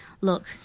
Look